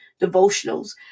devotionals